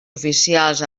oficials